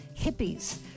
Hippies